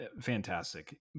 fantastic